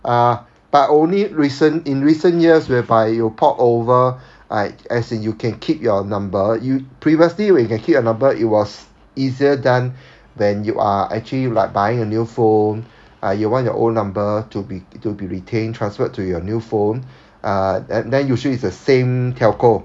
ah but only recent in recent years whereby you port over like as in you can keep your number you previously when you can keep your number it was easier done than you are actually like buying a new phone like you want your old number to be to be retained transferred to your new phone ah and then usually it's the same telco